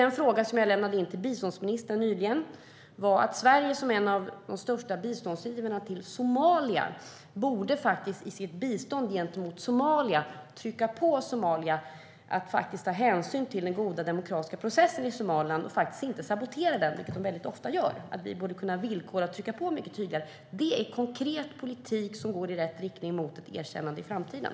En fråga jag lämnade in till biståndsministern nyligen handlade om att Sverige, som är en av de största biståndsgivarna till Somalia, i sitt bistånd faktiskt borde trycka på för att Somalia ska ta hänsyn till den goda demokratiska processen i Somaliland - och inte sabotera den, som man väldigt ofta gör. Vi borde alltså villkora och trycka på mycket tydligare. Det är konkret politik som går i rätt riktning, det vill säga mot ett erkännande i framtiden.